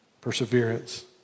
perseverance